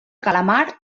calamar